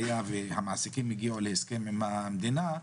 המעסיקים הגיעו להסכם עם המדינה,